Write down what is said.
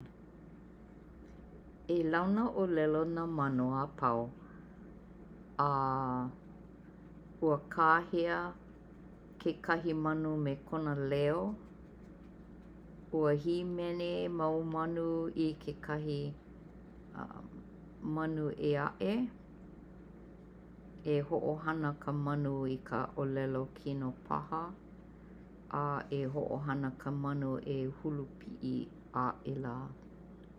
E launa 'õlelo nā manu apau a Ua kahea kekahi manu me kona leo Ua himeni mau manu i kekahi manu ea'e E ho'ohana ka manu i ka 'õlelo kino paha e ho'ohana ka manu e hulu pi'i a'ela